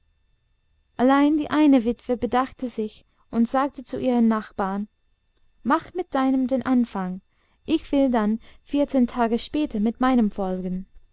allein die eine witwe bedachte sich und sagte zu ihrer nachbarin mach mit deinem den anfang ich will dann vierzehn tage später mit meinem folgen